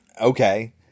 Okay